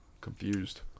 Confused